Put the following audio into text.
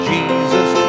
Jesus